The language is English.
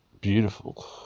beautiful